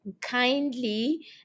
kindly